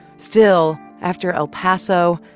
still, after el paso,